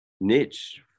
niche